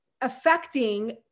affecting